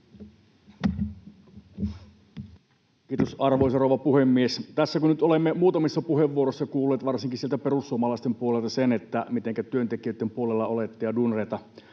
Kiitos, arvoisa rouva puhemies! Tässä nyt olemme muutamissa puheenvuoroissa kuulleet, varsinkin sieltä perussuomalaisten puolelta sen, mitenkä työntekijöitten puolella olette ja duunareita